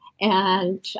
And-